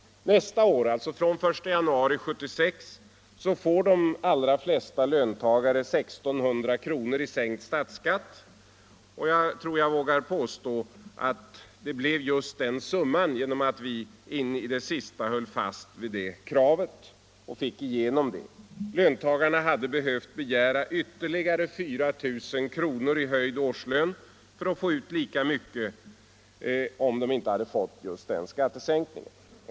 Nästa år — alltså från den 1 januari 1976 — får de allra flesta löntagare 1600 kr. i sänkt statsskatt. Jag tror jag vågar påstå att det blev just den summan genom att vi in i det sista höll fast vid det kravet och fick igenom det. Löntagarna hade behövt begära ytterligare 4000 kr. i höjd årslön för att få ut lika mycket, om de inte hade fått just den skattesänkningen.